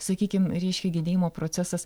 sakykim reiškia gedėjimo procesas